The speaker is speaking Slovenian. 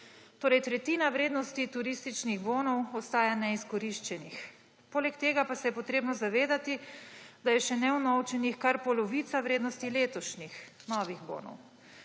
Torej tretjina vrednosti turističnih bonov ostaja neizkoriščenih. Poleg tega pa se je treba zavedati, da je še nevnovčenih kar polovica vrednosti letošnjih novih bonov.